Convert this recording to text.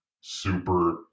super